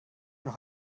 noch